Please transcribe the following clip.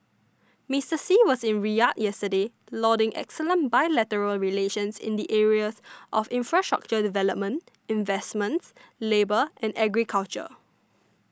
Mister Xi was in Riyadh yesterday lauding excellent bilateral relations in the areas of infrastructure development investments labour and agriculture